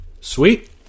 sweet